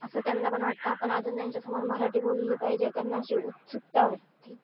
असं त्यांना पण वाटतं आपण अजून त्यांच्यासमोर मराठी बोलली पाहिजे त्यांना अशी उत्सुकता वाटते